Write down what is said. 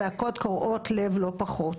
זעקות קורעות לב לא פחות.